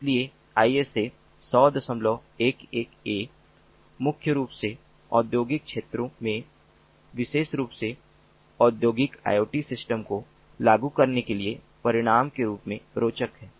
इसलिए ISA10011a मुख्य रूप से औद्योगिक क्षेत्रों में विशेष रूप से औद्योगिक IoT सिस्टम को लागू करने के लिए परिणाम के रूप में रोचक है